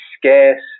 scarce